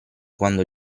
quando